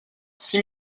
six